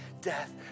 death